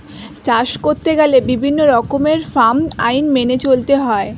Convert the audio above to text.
চাষ করতে গেলে বিভিন্ন রকমের ফার্ম আইন মেনে চলতে হয়